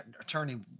attorney